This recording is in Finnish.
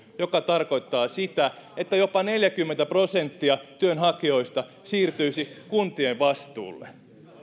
joka tarkoittaa sitä että jopa neljäkymmentä prosenttia työnhakijoista siirtyisi kuntien vastuulle